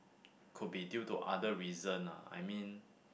could be due to other reason ah I mean